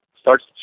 starts